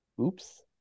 oops